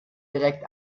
direkt